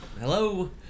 Hello